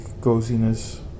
coziness